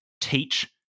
teach